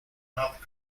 not